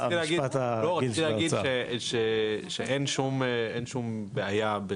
רציתי להגיד שאין שום בעיה,